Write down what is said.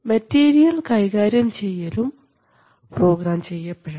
material കൈകാര്യം ചെയ്യലും program ചെയ്യപ്പെടണം